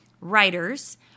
writers